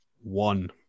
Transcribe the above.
one